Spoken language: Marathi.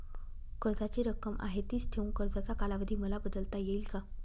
कर्जाची रक्कम आहे तिच ठेवून कर्जाचा कालावधी मला बदलता येईल का?